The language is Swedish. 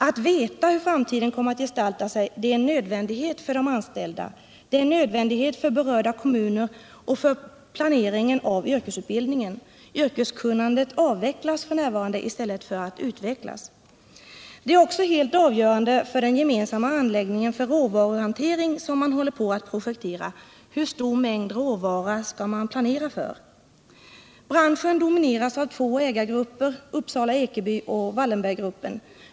Att veta hur framtiden kommer att gestalta sig är en nödvändighet för de anställda, för berörda kommuner och för planeringen av yrkesutbildningen. Yrkeskunnandet avvecklas f. n. i stället för att utvecklas. Det är också helt avgörande för den gemensamma anläggning för råvaruhanteringen, som man håller på att projektera, att veta hur stor mängd råvara man skall planera för. Branschen domineras av två ägargrupper, Uppsala-Ekeby och Wallenberggruppen.